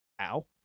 Ow